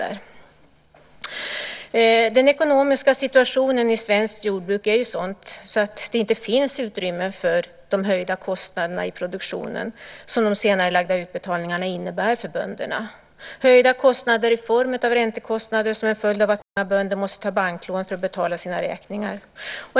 Den ekonomiska situationen i svenskt jordbruk är sådan att det inte finns utrymme för de höjda kostnaderna i produktionen som de senarelagda utbetalningarna innebär för bönderna. De höjda kostnaderna i form av räntekostnader är en följd av att många bönder måste ta banklån för att betala räkningar.